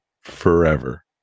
forever